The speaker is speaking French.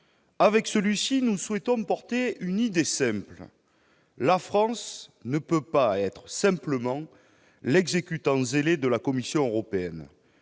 travers celui-ci, nous souhaitons porter une idée simple : la France ne peut pas être simplement l'exécutant zélé de la Commission européenne.